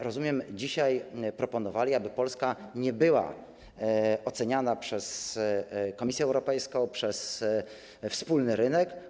Rozumiem, że wy byście dzisiaj proponowali, aby Polska nie była oceniana przez Komisję Europejską, przez wspólny rynek.